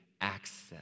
access